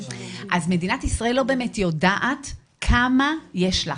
אז מדינת ישראל לא באמת יודעת כמה יש לה.